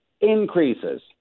increases